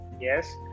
Yes